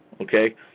okay